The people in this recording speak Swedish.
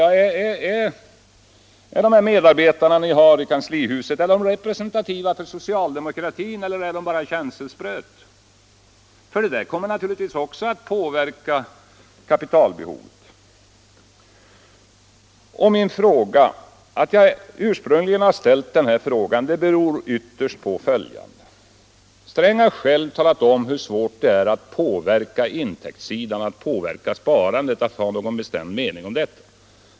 Jag vill nu fråga: Är de medarbetare ni har i kanslihuset representativa för socialdemokratin, eller är de bara känselspröt? En sådan här utökning kommer naturligtvis också att påverka kapitalbehovet. Att jag ursprungligen tog upp den här saken berodde ytterst på följande. Herr Sträng har själv talat om hur svårt det är att påverka intäktssidan, sparandet, och att ha någon bestämd mening i denna fråga.